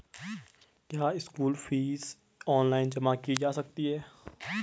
क्या school fees online जमा की जा सकती है?